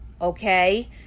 Okay